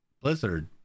blizzard